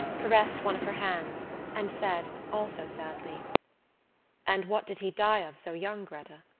caressed one of her hands and said, also sadly and what did he die of so young, gretta?